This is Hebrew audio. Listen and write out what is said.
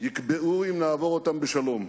יקבעו אם נעבור אותם בשלום.